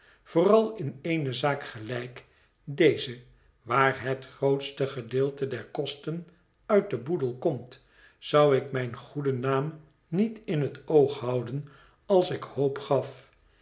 vooral in eene zaak gelijk deze waar het grootste gedeelte der kosten uit den boedel komt zou ik mijn goeden naam niet in het oog houden als ik hoop gaf